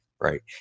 right